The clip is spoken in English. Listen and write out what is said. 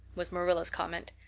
was marilla's comment.